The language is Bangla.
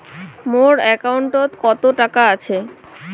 মোর একাউন্টত কত টাকা আছে?